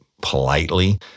politely